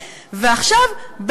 ועכשיו,